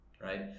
right